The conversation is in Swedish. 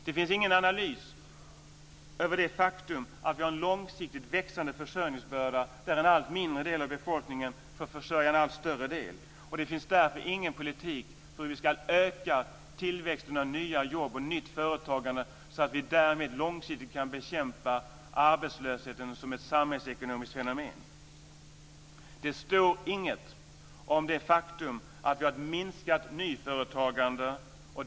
Det finns ingen analys över det faktum att vi har en långsiktigt växande försörjningsbörda, där en allt mindre del av befolkningen får försörja en allt större del. Det finns därför ingen politik för hur vi ska öka tillväxten av nya jobb och nytt företagande så att vi därmed långsiktigt kan bekämpa arbetslösheten som ett samhällsekonomiskt fenomen. Det står inget om det faktum att vi har ett minskat nyföretagande.